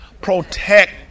Protect